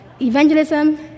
Evangelism